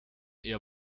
ihr